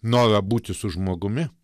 norą būti su žmogumi